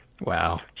Wow